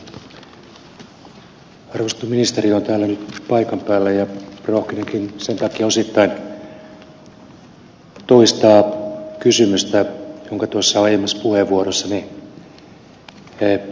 rohkenenkin osittain sen takia toistaa kysymystä jonka tuossa aiemmassa puheenvuorossani esitin